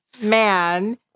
man